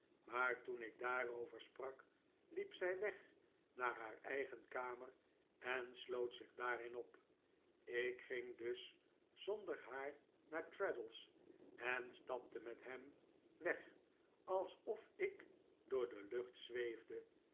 maar toen ik daarover sprak hep zij weg naar haar eigen kamer en sloot zich daarin op ik ging dus zonder haar naar traddles en stapte met hem weg alsof ik door de lucht zweefde